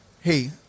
hey